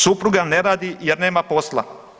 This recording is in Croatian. Supruga ne radi jer nema posla.